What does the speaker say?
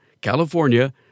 California